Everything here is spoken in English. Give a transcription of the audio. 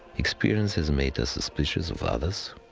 experience has made us suspicious of others